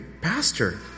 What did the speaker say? pastor